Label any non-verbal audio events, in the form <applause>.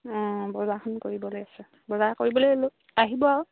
অঁ বজাৰখন কৰিবলৈ আছে বজাৰ কৰিবলৈ <unintelligible> আহিব আৰু